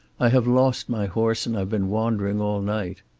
i have lost my horse and i've been wandering all night.